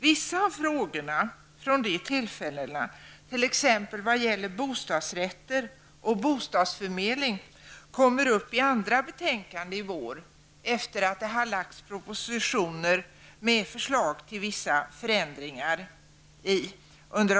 Vissa av frågorna från de tillfällena t.ex. vad gäller bostadsrätter och bostadsförmedling, kommer upp i andra betänkanden i vår, sedan det under de senaste veckorna har lagts propositioner med förslag till vissa förändringar.